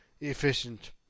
efficient